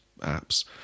apps